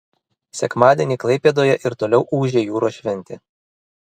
sekmadienį klaipėdoje ir toliau ūžė jūros šventė